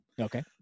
Okay